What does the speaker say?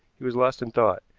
he was lost in thought.